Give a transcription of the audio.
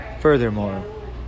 Furthermore